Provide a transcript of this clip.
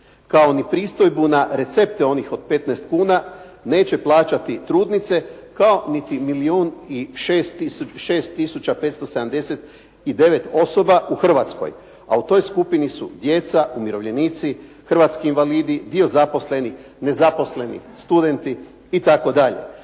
kao ni pristojbu na recepte onih od 15 kuna, neće plaćati trudnice kao niti milijun i 6 tisuća 579 osoba u Hrvatskoj. A u toj skupini su djeca, umirovljenici, hrvatski invalidi, dio zaposlenih, nezaposleni, studenti itd.